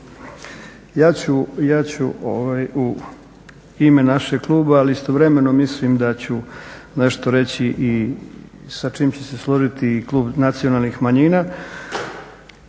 Ja ću u ime našeg kluba, ali istovremeno mislim da ću nešto reći i sa čim će se složiti i Klub nacionalnih manjina,